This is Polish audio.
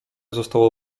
zostało